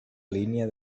línia